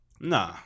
Nah